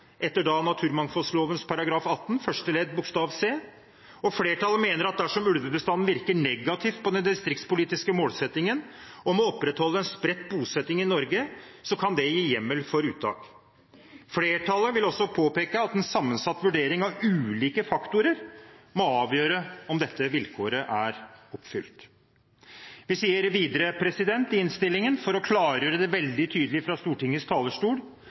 etter naturmangfoldloven § 18 første ledd bokstav c. Flertallet mener at dersom ulvebestanden virker negativt på den distriktspolitiske målsettingen om å opprettholde spredt bosetting i Norge, kan det gi hjemmel for unntak. Flertallet vil også påpeke at en sammensatt vurdering av ulike faktorer må avgjøre om dette vilkåret er oppfylt. I innstillingen sier vi videre – for å klargjøre det veldig tydelig fra Stortingets talerstol: